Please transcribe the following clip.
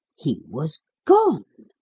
he was gone!